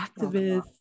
activist